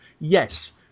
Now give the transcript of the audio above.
Yes